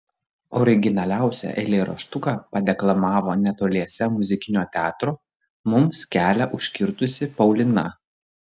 originaliausią eilėraštuką padeklamavo netoliese muzikinio teatro mums kelią užkirtusi paulina